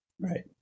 Right